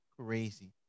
crazy